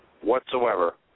whatsoever